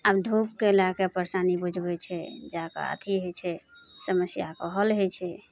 आब धूपके लैके परेशानी बुझबै छै जाके अथी होइ छै समस्याके हल होइ छै